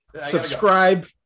subscribe